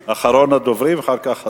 אחרון הדוברים, ואחר כך הצבעה.